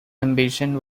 ambition